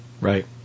Right